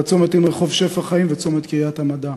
הצומת עם רחוב שפע-חיים וצומת קריית המדע,